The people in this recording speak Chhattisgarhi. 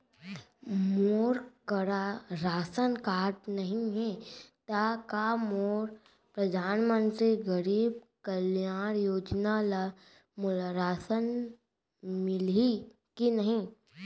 मोर करा राशन कारड नहीं है त का मोल परधानमंतरी गरीब कल्याण योजना ल मोला राशन मिलही कि नहीं?